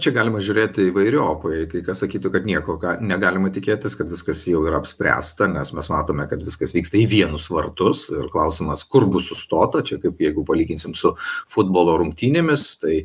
čia galima žiūrėti įvairiopai kai kas sakytų kad nieko negalima tikėtis kad viskas jau yra apspręsta nes mes matome kad viskas vyksta į vienus vartus ir klausimas kur bus sustota čia kaip jeigu palyginsime su futbolo rungtynėmis tai